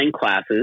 classes